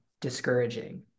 discouraging